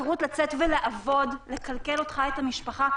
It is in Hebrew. החירות לצאת לעבוד, לכלכל את עצמך ואת המשפחה.